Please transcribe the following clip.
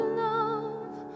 love